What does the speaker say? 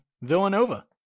Villanova